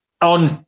On